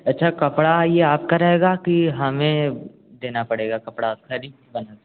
अच्छा कपड़ा ये आपका रहेगा कि हमें देना पड़ेगा कपड़ा अब खरीद के बना दें